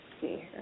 See